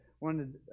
wanted